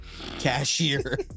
cashier